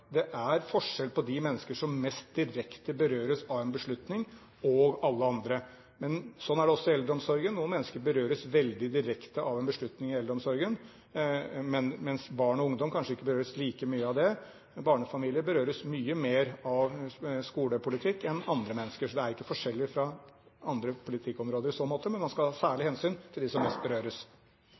forskjell på de menneskene som mest direkte berøres av en beslutning, og alle andre. Sånn er det også i eldreomsorgen. Noen mennesker berøres veldig direkte av en beslutning i eldreomsorgen, mens barn og ungdom kanskje ikke berøres like mye av det. Barnefamilier berøres mye mer av skolepolitikk enn andre mennesker. Det er ikke forskjellig fra andre politikkområder i så måte, men man skal ta særlig hensyn til dem som berøres.